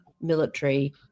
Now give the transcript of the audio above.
military